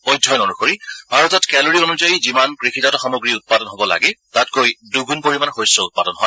অধ্যয়ন অনুসৰি ভাৰতত কেলৰি অনুযায়ী যিমান কৃষিজাত সামগ্ৰী উৎপাদন হ'ব লাগে তাতকৈ দুণ্ণ পৰিমাণৰ শস্য উৎপাদন হয়